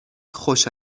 خوش